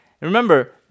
Remember